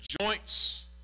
joints